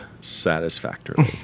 satisfactorily